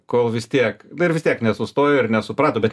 kol vis tiek dar vis tiek nesustojo ir nesuprato bet